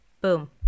Boom